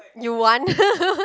you want